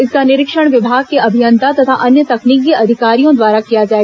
इसका निरीक्षण विभाग के अभियंता तथा अन्य तकनीकी अधिकारियों द्वारा किया जाए